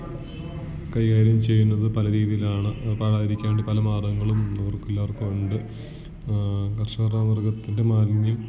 കൈകാര്യം ചെയ്യുന്നത് പല രീതീലാണ് അപ്പം ആയിരിക്കേണ്ട പല മാർഗങ്ങളും അവർക്കെല്ലാവർക്കുമുണ്ട് കർഷകർ ആ മൃഗത്തിൻ്റെ മാലിന്യം